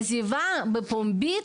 נזיפה פומבית,